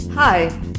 Hi